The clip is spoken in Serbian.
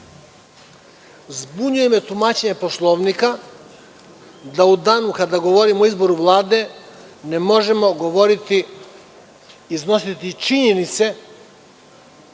zbunjuje me tumačenje Poslovnika da u danu kada govorimo o izboru Vlade, ne možemo govoriti i iznositi činjenice